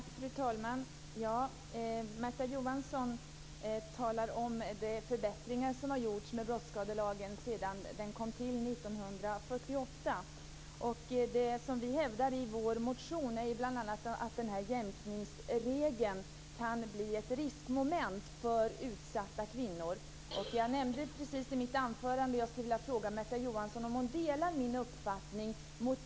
Fru talman! Märta Johansson talar om de förbättringar som har gjorts sedan brottsskadelagen kom till 1948. I vår motion hävdar vi att jämkningsregeln kan bli ett riskmoment för utsatta kvinnor. Jag vill fråga Märta Johansson om hon delar min uppfattning.